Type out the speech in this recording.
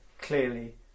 clearly